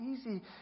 easy